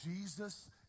Jesus